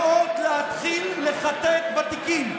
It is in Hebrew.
ניתנו על ידי משגיחי הכשרות בבתי החולים הוראות להתחיל לחטט בתיקים,